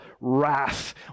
wrath